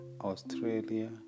Australia